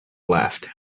laughed